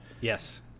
Yes